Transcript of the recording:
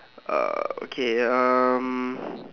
uh okay um